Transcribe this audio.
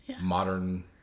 modern